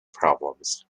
problems